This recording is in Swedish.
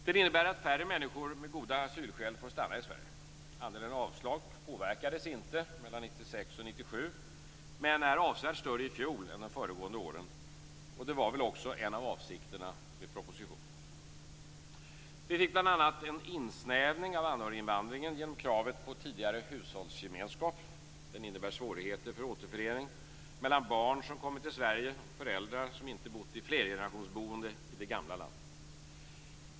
Den innebär att färre människor med goda asylskäl får stanna i Sverige. Andelen avslag påverkades inte mellan 1996 och 1997 men är avsevärt större i fjol än de föregående åren - det var väl också en av avsikterna med propositionen. Vi fick bl.a. en insnävning av anhöriginvandringen genom kravet på tidigare "hushållsgemenskap". Den innebär svårigheter för återförening mellan barn som kommit till Sverige och föräldrar som inte bott i flergenerationsboende i det gamla landet.